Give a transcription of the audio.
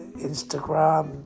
instagram